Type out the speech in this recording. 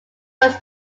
was